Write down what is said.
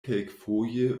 kelkfoje